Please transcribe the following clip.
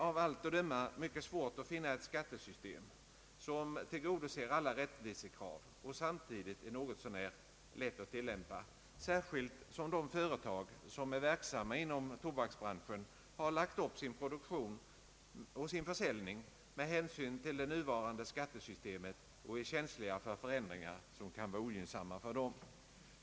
Av allt att döma är det mycket svårt att finna ett skattesystem som tillgodoser alla rättvisekrav och samtidigt är något så när lätt att tillämpa, särskilt som de företag som är verksamma inom tobaksbranschen har lagt upp sin produktion och försäljning med hänsyn till det nuvarande skattesystemet och är känsliga för förändringar som kan vara ogynnsamma för dem.